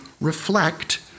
Reflect